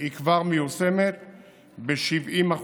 היא כבר מיושמת ב-70%.